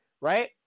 right